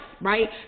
right